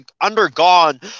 undergone